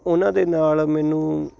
ਉਹਨਾਂ ਦੇ ਨਾਲ ਮੈਨੂੰ